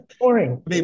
boring